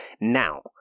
Now